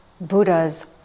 Buddha's